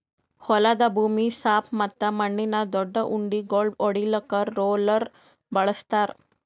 ಹೊಲದ ಭೂಮಿ ಸಾಪ್ ಮತ್ತ ಮಣ್ಣಿನ ದೊಡ್ಡು ಉಂಡಿಗೋಳು ಒಡಿಲಾಕ್ ರೋಲರ್ ಬಳಸ್ತಾರ್